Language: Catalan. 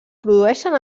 produeixen